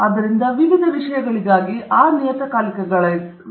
ಆದ್ದರಿಂದ ವಿವಿಧ ವಿಷಯಗಳಿಗಾಗಿ ನಿಯತಕಾಲಿಕಗಳು ಸರಿಯಾಗಿವೆ